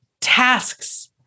tasks